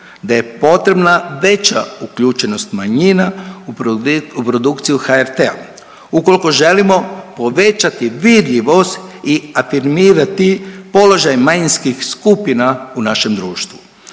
da je potrebna veća uključenost manjina u produkciju HRT-a ukoliko želim povećati vidljivost i afirmirati položaj manjinskih skupina u našem društvu.